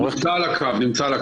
נמצא על הקו.